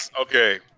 okay